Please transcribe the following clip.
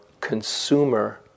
consumer